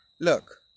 look